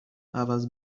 عوض